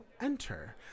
enter